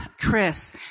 Chris